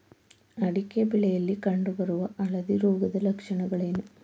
ಅಡಿಕೆ ಬೆಳೆಯಲ್ಲಿ ಕಂಡು ಬರುವ ಹಳದಿ ರೋಗದ ಲಕ್ಷಣಗಳೇನು?